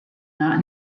not